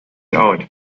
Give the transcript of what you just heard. out